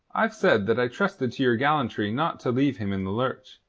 i've said that i trusted to your gallantry not to leave him in the lurch,